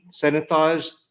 sanitized